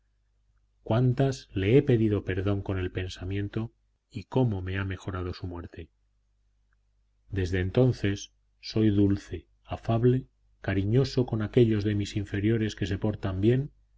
cuántas le he pedido perdón con el pensamiento y cómo me ha mejorado su muerte desde entonces soy dulce afable cariñoso con aquellos de mis inferiores que se portan bien